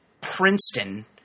Princeton